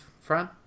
Fran